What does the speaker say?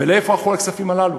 ולאיפה הלכו הכספים הללו?